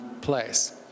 place